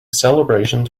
celebrations